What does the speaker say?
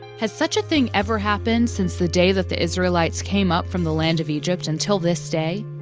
has such a thing ever happened since the day that the israelites came up from the land of egypt until this day?